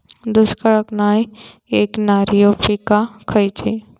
दुष्काळाक नाय ऐकणार्यो पीका खयली?